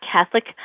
Catholic